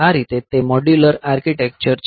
આ રીતે તે મોડ્યુલર આર્કિટેક્ચર છે